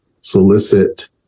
Solicit